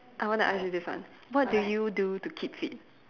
I want to ask you this one what do you do to keep fit